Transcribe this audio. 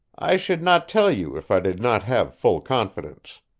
i should not tell you if i did not have full confidence.